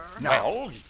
No